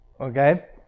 Okay